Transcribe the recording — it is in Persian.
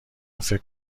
فکر